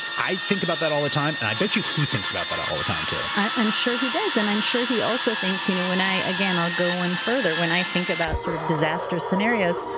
i think about that all the time, and i bet you he thinks about that all the time too. i'm sure he does and i'm sure he also thinks you know when i. again, i'll go one further. when i think about sort of disastrous scenarios,